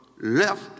left